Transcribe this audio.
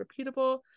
repeatable